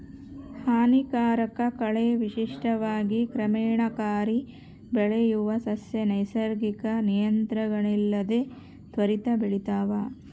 ಹಾನಿಕಾರಕ ಕಳೆ ವಿಶಿಷ್ಟವಾಗಿ ಕ್ರಮಣಕಾರಿ ಬೆಳೆಯುವ ಸಸ್ಯ ನೈಸರ್ಗಿಕ ನಿಯಂತ್ರಣಗಳಿಲ್ಲದೆ ತ್ವರಿತ ಬೆಳಿತಾವ